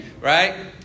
right